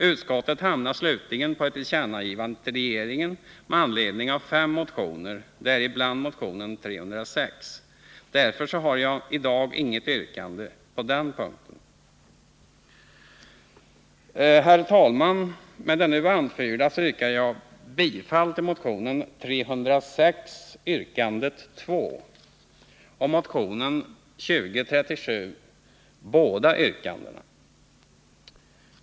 Utskottet hamnar slutligen på ett tillkännagivande till regeringen med anledning av fem motioner, däribland motion 306. Därför har jag i dag inget yrkande på den punkten. Herr talman! Med det nu anförda yrkar jag bifall till motion 306, yrkande 3, och motion 2037, båda yrkandena.